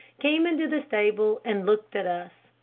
came into the stable and looked at us.